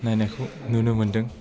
नायनायखौ नुनो मोनदों